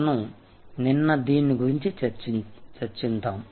మనం నిన్న దీని గురించి చర్చించాము